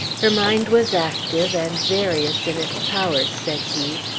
her mind was active, and various in its powers, said he.